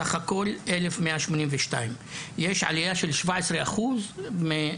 סך הכול 1,182. יש עלייה של 17% מ-21'